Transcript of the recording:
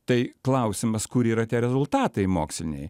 tai klausimas kur yra tie rezultatai moksliniai